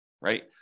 right